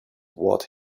what